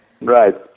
right